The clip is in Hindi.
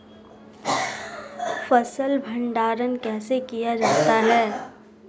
फ़सल भंडारण कैसे किया जाता है?